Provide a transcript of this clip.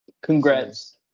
Congrats